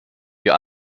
wir